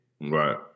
Right